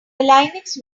linux